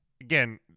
again